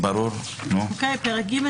פרק ג',